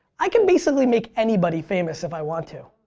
i can basically make anybody famous if i want to.